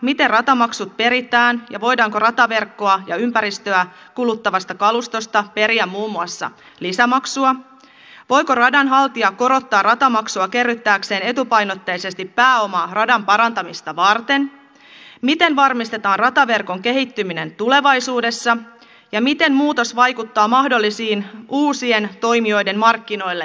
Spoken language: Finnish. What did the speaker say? miten ratamaksut peritään ja voidaanko rataverkkoa ja ympäristöä kuluttavasta kalustosta periä muun muassa lisämaksua voiko radanhaltija korottaa ratamaksua kerryttääkseen etupainotteisesti pääomaa radan parantamista varten miten varmistetaan rataverkon kehittyminen tulevaisuudessa ja miten muutos vaikuttaa mahdollisten uusien toimijoiden markkinoillepääsyyn